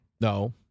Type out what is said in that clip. No